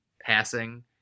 passing